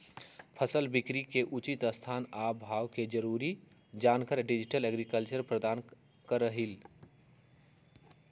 फसल बिकरी के उचित स्थान आ भाव के जरूरी जानकारी डिजिटल एग्रीकल्चर प्रदान करहइ